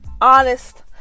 honest